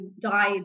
died